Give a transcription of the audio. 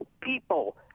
people